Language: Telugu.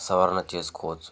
సవరణ చేసుకోవచ్చు